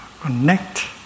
connect